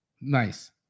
Nice